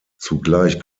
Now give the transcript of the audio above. zugleich